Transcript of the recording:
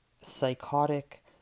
psychotic